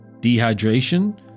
dehydration